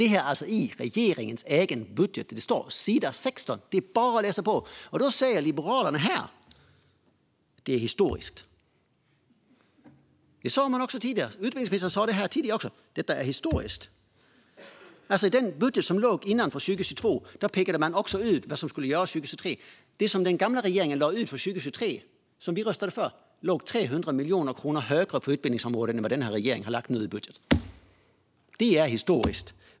Detta står alltså i regeringens egen budget, på sidan 16. Det är bara att läsa på! Då säger Liberalerna här: Det är historiskt. Även utbildningsministern sa det här tidigare: Detta är historiskt. I den tidigare budgeten för 2022 pekade man också ut vad som skulle göras 2023. Det som den gamla regeringen lade fram för 2023, som vi röstade för, låg 300 miljoner kronor högre på utbildningsområdet än det som denna regering nu har lagt fram i sin budget. Det är historiskt.